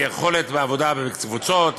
יכולת עבודה בקבוצות,